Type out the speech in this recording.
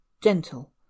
gentle